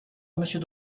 monsieur